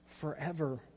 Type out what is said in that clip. Forever